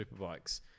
Superbikes